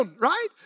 right